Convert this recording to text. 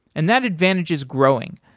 and that advantage is growing,